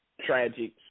tragic